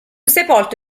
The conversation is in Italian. sepolto